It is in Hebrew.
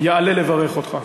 יעלה לברך אותך.